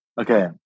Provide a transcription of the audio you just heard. Okay